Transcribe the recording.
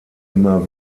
immer